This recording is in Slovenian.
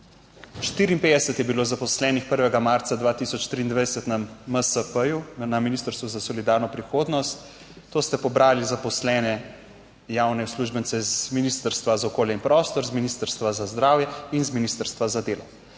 54 je bilo zaposlenih 1. marca 2023 na MSP (Ministrstvu za solidarno prihodnost), to ste pobrali zaposlene javne uslužbence z Ministrstva za okolje in prostor, z Ministrstva za zdravje in z Ministrstva za delo.